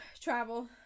travel